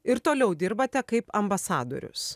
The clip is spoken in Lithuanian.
ir toliau dirbate kaip ambasadorius